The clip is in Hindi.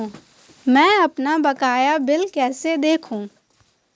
मैं अपना बकाया बिल कैसे देखूं?